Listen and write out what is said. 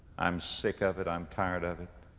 i'm sick of it i am tired of it